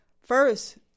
first